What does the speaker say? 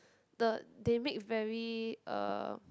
the they make very uh